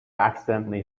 accidentally